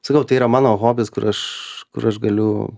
sakau tai yra mano hobis kur aš kur aš galiu